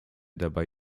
dabei